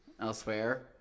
elsewhere